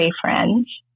friends